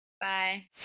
Bye